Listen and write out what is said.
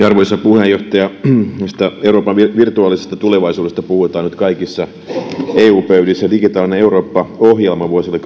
arvoisa puheenjohtaja euroopan virtuaalisesta tulevaisuudesta puhutaan nyt kaikissa eu pöydissä digitaalinen eurooppa ohjelma vuosille